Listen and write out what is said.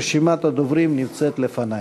רשימת הדוברים נמצאת לפני.